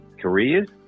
careers